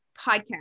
podcast